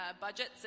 budgets